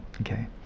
Okay